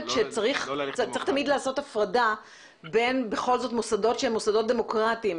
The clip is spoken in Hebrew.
שצריך תמיד לעשות הפרדה בין בכל זאת מוסדות שהם מוסדות דמוקרטיים,